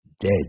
dead